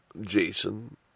Jason